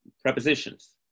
prepositions